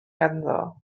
ganddo